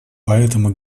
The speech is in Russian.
поэтому